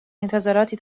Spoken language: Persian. انتظاراتی